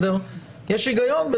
יש היגיון.